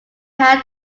had